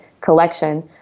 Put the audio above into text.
collection